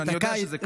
אני יודע שזה קשה.